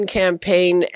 campaign